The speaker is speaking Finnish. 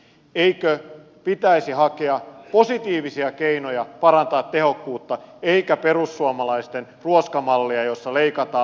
eikö pitäisi hakea positiivisia keinoja parantaa tehokkuutta eikä perussuomalaisten ruoskamallia jossa leikataan lomia leikataan lomarahoja